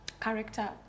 character